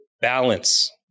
balance